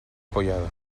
apoyado